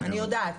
אני יודעת,